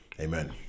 Amen